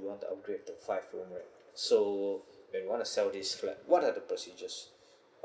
we want to upgrade to a five room right so when we want to sell this flat what are the procedures